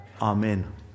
Amen